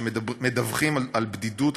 שמדווחים על בדידות,